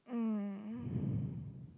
mm